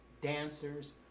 dancers